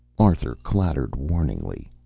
arthur clattered warningly.